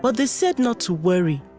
but they said not to worry.